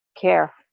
Care